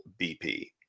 BP